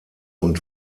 und